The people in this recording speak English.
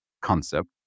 concept